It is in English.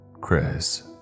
Chris